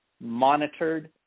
monitored